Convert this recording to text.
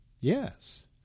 Yes